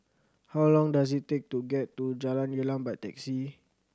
how long does it take to get to Jalan Gelam by taxi